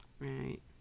Right